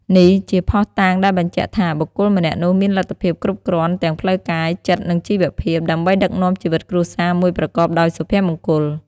នេះជាភស្តុតាងដែលបញ្ជាក់ថា បុគ្គលម្នាក់នោះមានលទ្ធភាពគ្រប់គ្រាន់ទាំងផ្លូវកាយ ចិត្ត និងជីវភាព ដើម្បីដឹកនាំជីវិតគ្រួសារមួយប្រកបដោយសុភមង្គល។